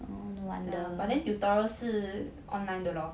but then tutorial 是 online 的咯